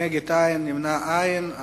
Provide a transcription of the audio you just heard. נגד, אין, נמנעים, אין.